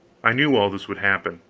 i knew all this would happen